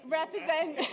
represent